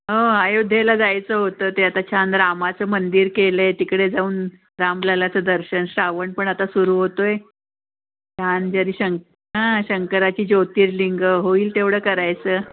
हो आयोध्येला जायचं होतं ते आता छान रामाचं मंदिर केलं आहे तिकडे जाऊन रामलालाचं दर्शन श्रावण पण आता सुरू होतो आहे छान जरी शं हां शंकराची ज्योतिर्लिंग होईल तेवढं करायचं